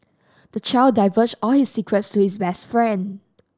the child divulged all his secrets to his best friend